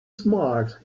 smart